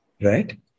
Right